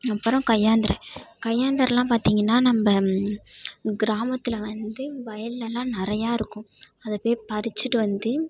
அப்புறம் கையாந்தரை கையாந்தரைலாம் பார்த்திங்கனா நம்ம கிராமத்தில் வந்து வயல்லலாம் நிறையாருக்கும் அதை போய் பறிச்சிட்டு வந்து